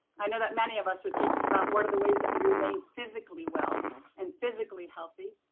i know that many of us are thinking about, what are the ways that we remain physically well and physically healthy.